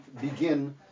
begin